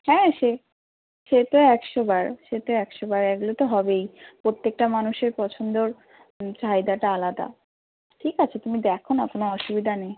হ্যাঁ আছে সে সে তো একশো বার সে তো একশো বার এগুলো তো হবেই প্রত্যেকটা মানুষের পছন্দর চাহিদাটা আলাদা ঠিক আছে তুমি দেখো না কোনো অসুবিধা নেই